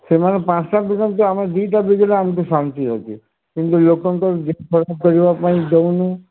ସେମାନେ ପାଞ୍ଚଟା ବିକନ୍ତୁ ଆମେ ଦୁଇଟା ବିକିଲେ ଆମକୁ ଶାନ୍ତି ଅଛି କିନ୍ତୁ ଲୋକଙ୍କର ଦେହ ଖରାପ କରିବା ପାଇଁ ଦେଉନୁ